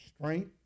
strength